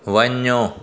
वञो